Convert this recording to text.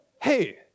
Hey